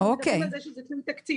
אנחנו מדברים על זה שזה תלוי תקציב.